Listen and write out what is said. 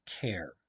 care